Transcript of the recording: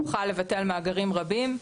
נוכל לבטל מאגרים רבים.